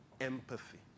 empathy